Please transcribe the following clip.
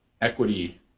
equity